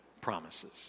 promises